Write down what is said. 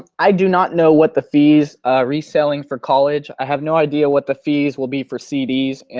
i do not know what the fees reselling for college. i have no idea what the fees will be for cds. and